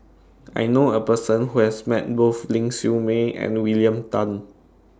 I known A Person Who has Met Both Ling Siew May and William Tan